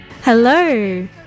Hello